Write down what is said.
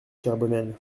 carbonel